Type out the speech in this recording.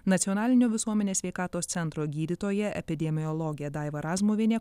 nacionalinio visuomenės sveikatos centro gydytoja epidemiologė daiva razmuvienė